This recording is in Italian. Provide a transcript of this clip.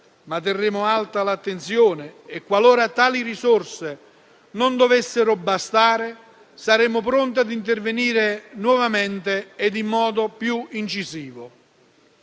ma terremo alta l'attenzione e, qualora tali risorse non dovessero bastare, saremo pronti a intervenire nuovamente e in modo più incisivo.